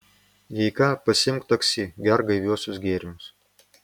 jei ką pasiimk taksi gerk gaiviuosius gėrimus